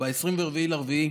ב-24 באפריל,